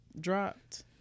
dropped